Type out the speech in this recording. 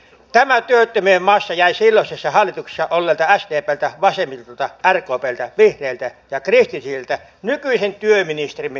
tämä työttömien massa jäi silloisessa hallituksessa olleilta sdpltä vasemmistolta rkpltä vihreiltä ja kristillisiltä nykyisen työministerimme lindströmin hoidettavaksi